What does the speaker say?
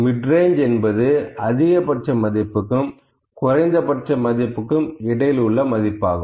midrange என்பது அதிகபட்ச மதிப்புக்கும் குறைந்தபட்ச மதிப்புக்கும் இடையில் உள்ள மதிப்பாகும்